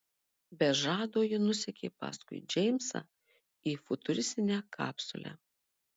be žado ji nusekė paskui džeimsą į futuristinę kapsulę